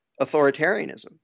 authoritarianism